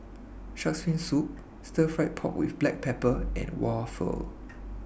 Shark's Fin Soup Stir Fried Pork with Black Pepper and Waffle